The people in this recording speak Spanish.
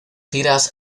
giras